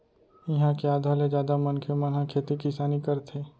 इहाँ के आधा ले जादा मनखे मन ह खेती किसानी करथे